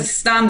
זה סתם,